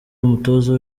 umutoza